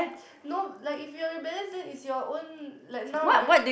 no like if you're rebellious then it's your own like now right